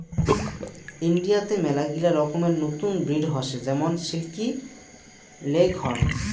ইন্ডিয়াতে মেলাগিলা রকমের নতুন ব্রিড হসে যেমন সিল্কি, লেগহর্ন